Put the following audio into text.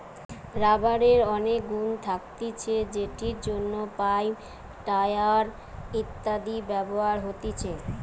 রাবারের অনেক গুন্ থাকতিছে যেটির জন্য পাইপ, টায়র ইত্যাদিতে ব্যবহার হতিছে